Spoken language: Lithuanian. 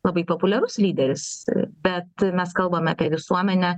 labai populiarus lyderis bet mes kalbam apie visuomenę